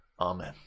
Amen